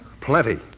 Plenty